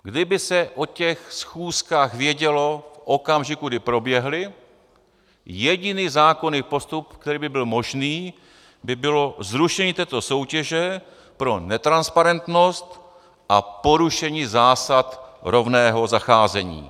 Kdyby se o těch schůzkách vědělo v okamžiku, kdy proběhly, jediný zákonný postup, který by byl možný, by bylo zrušení této soutěže pro netransparentnost a porušení zásad rovného zacházení.